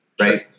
Right